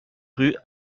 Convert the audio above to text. rue